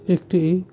একটি